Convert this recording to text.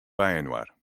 byinoar